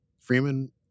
Freeman